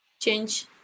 change